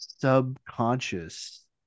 Subconscious